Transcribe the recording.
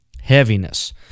heaviness